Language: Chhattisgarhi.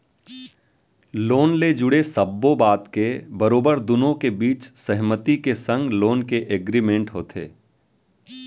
लोन ले जुड़े सब्बो बात के बरोबर दुनो के बीच सहमति के संग लोन के एग्रीमेंट होथे